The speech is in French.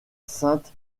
sainte